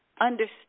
understand